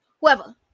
whoever